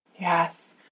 Yes